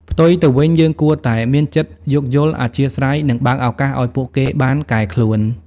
ផ្ទុយទៅវិញ យើងគួរតែមានចិត្តយោគយល់ អធ្យាស្រ័យ និងបើកឱកាសឱ្យពួកគេបានកែខ្លួន។